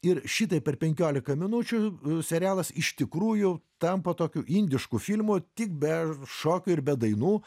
ir šitaip per penkiolika minučių serialas iš tikrųjų tampa tokiu indišku filmu tik be šokių ir be dainų